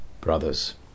brothers